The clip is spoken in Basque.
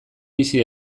bizi